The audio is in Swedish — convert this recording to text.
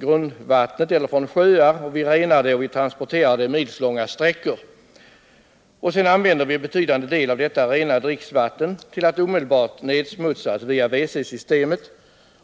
grundvatten eller från sjöar. Vi renar vattnet och transporterar det milsvida sträckor. En betydande del av detta renade dricksvatten använder vi sedan i WC-system, och det nedsmutsas därför omedelbart.